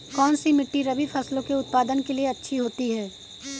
कौनसी मिट्टी रबी फसलों के उत्पादन के लिए अच्छी होती है?